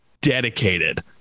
dedicated